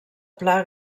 pla